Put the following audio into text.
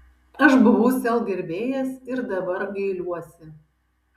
aš buvau sel gerbėjas ir dabar gailiuosi